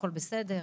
הכל בסדר,